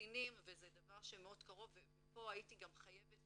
בקטינים וזה דבר שמאוד קרוב ופה הייתי גם חייבת